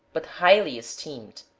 but highly esteemed.